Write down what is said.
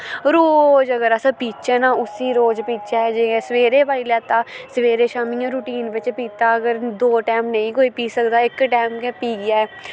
ओह् रोज अगर अस पीचै ना अस रोज पीचै जियां सवेरे पाई लैता सवेरे शाम्मी इ'यां रोटीन बिच्च पीता अगर दो टैम नेईं कोई पी सकदा इक टैम गै पियै